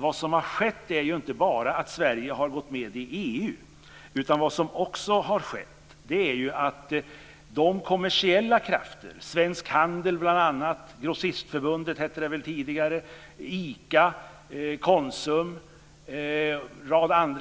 Vad som har skett är ju inte bara att Sverige har gått med i EU utan också att de kommersiella krafterna - Grossistförbundet Svensk Handel, ICA, Konsum,